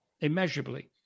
immeasurably